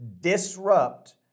disrupt